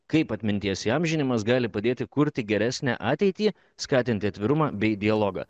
kaip atminties įamžinimas gali padėti kurti geresnę ateitį skatinti atvirumą bei dialogą